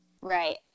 Right